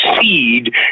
seed